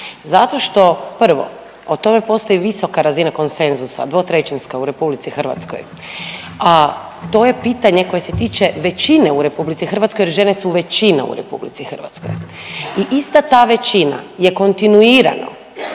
Zato što prvo o tome postoji visoka razina konsenzusa dvotrećinska u RH, a to je pitanje koje se tiče većine u RH jer žene su većina u RH i ista ta većina je kontinuirano